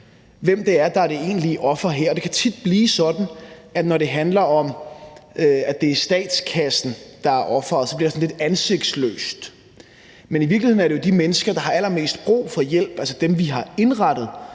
hvem det er, der er det egentlige offer her. Det kan tit blive sådan, at når det handler om, at det er statskassen, der er offeret, så bliver det sådan lidt ansigtsløst. Men i virkeligheden er det jo de mennesker, der har allermest brug for hjælp, altså dem, vi har indrettet